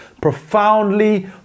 profoundly